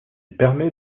permet